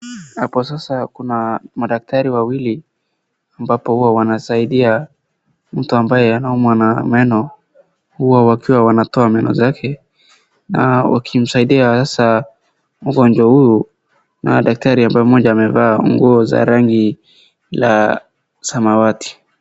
Hapo sasa kuna madaktari wawili ambapo huwa wanasaidia mtu ambaye huwa anaumwa na meno. Huwa wakiwa wanatoa meno zake na wakimsaidia. sasa mgonjwa huu na daktari ambaye mmoja amevaa nguo za rangi la samawati.